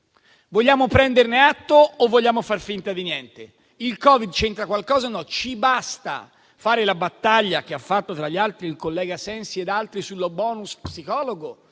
Vogliamo prenderne atto o vogliamo far finta di niente? Il Covid c'entra qualcosa o no? Ci basta la battaglia che ha fatto, tra gli altri, il collega Sensi sul *bonus* psicologo